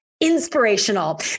inspirational